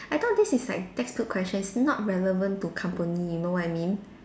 I thought this is like textbook questions not relevant to company you know what I mean